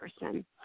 person